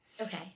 Okay